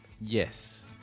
yes